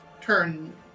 turn